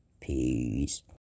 Peace